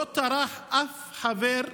לא טרח אף חבר ועדה,